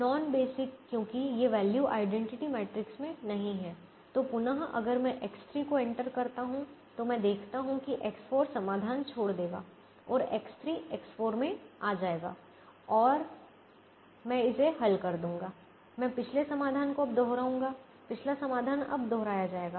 non basic क्योंकि ये value identity matrix मे नहीं हैं तो पुनः अगर मैं X3 को एंटर करता हूं तो मैं देखता हूं कि X4 समाधान छोड़ देगा और X3 X4 में आ जाएगा मैं इसे हल कर दूंगा मैं पिछले समाधान को अब दोहराऊंगा पिछला समाधान अब दोहराया जाएगा